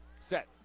set